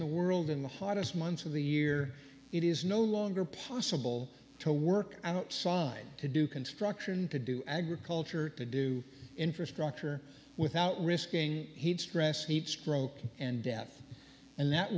in the hottest months of the year it is no longer possible to work outside to do construction to do agriculture to do infrastructure without risking heat stress heat stroke and death and that